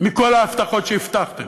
מכל ההבטחות שהבטחתם?